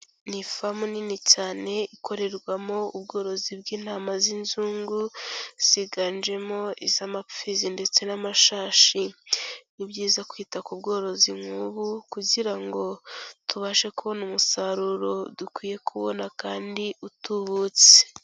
Ni ifamu nini cyane, ikorerwamo ubworozi bw'intama z'inzungu, ziganjemo iz'amapfizi ndetse n'amashashi. Ni byizayiza kwita ku bworozi nk'ubu kugira ngo tubashe kubona umusaruro dukwiye kubona kandi utubutse.